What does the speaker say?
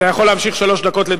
אתה יכול להמשיך לדבר שלוש דקות עם